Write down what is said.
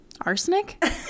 Arsenic